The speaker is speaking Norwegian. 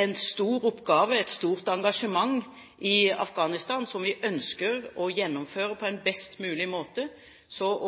en stor oppgave og et stort engasjement i Afghanistan som vi ønsker å gjennomføre på en best mulig måte.